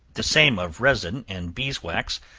the same of resin and beeswax,